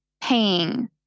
paying